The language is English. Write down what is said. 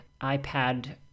iPad